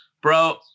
bro